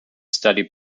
study